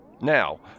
now